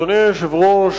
אדוני היושב-ראש,